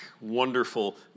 wonderful